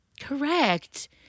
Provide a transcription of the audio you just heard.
correct